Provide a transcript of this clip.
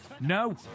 no